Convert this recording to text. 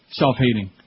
self-hating